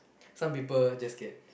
some people just get